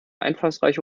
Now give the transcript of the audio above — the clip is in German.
einfallsreiche